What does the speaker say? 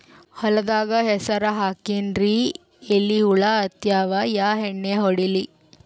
ಹೊಲದಾಗ ಹೆಸರ ಹಾಕಿನ್ರಿ, ಎಲಿ ಹುಳ ಹತ್ಯಾವ, ಯಾ ಎಣ್ಣೀ ಹೊಡಿಲಿ?